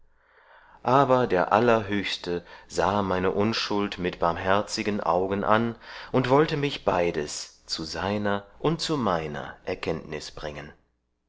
aber der allerhöchste sahe meine unschuld mit barmherzigen augen an und wollte mich beides zu seiner und meiner erkanntnus bringen